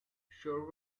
shore